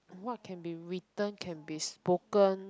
what can be written can be spoken